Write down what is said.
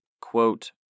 quote